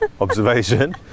observation